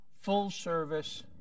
full-service